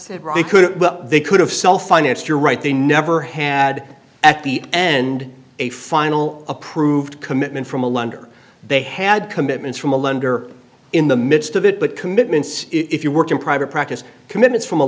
say they could have sell finance you're right they never had at the end a final approved commitment from a lender they had commitments from a lender in the midst of it but commitments if you work in private practice commitments from a